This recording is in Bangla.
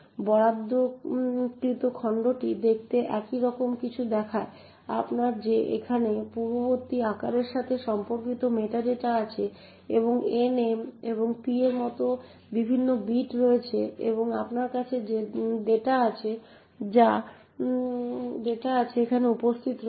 বরাদ্দকৃত খণ্ডটি দেখতে এইরকম কিছু দেখায় আপনার কি এখানে পূর্ববর্তী আকারের সাথে সম্পর্কিত মেটাডেটা আছে এবং n m এবং p এর মতো বিভিন্ন বিট রয়েছে এবং আপনার কাছে ডেটা রয়েছে যা এখানে উপস্থিত রয়েছে